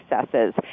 successes